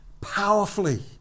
powerfully